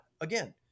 again